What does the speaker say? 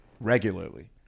regularly